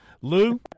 Lou